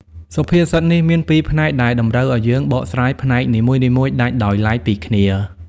សុភាសិតនេះ មានពីរផ្នែកដែលតម្រូវឱ្យយើង បកស្រាយផ្នែកនីមួយៗដាច់ដោយឡែកពីគ្នា។